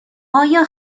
آیا